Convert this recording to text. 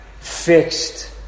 fixed